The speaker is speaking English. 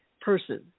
person